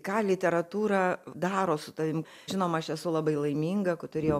ką literatūra daro su tavim žinoma aš esu labai laiminga kad turėjau